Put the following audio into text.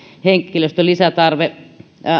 henkilöstön lisätarve